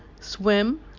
swim